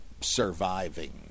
surviving